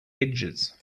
edges